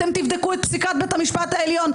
אתם תבדקו את פסיקת בית המשפט העליון,